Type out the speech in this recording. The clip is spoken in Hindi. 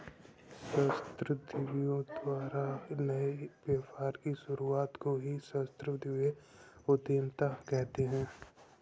सहस्राब्दियों द्वारा नए व्यापार की शुरुआत को ही सहस्राब्दियों उधीमता कहते हैं